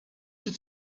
het